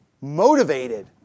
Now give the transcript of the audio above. motivated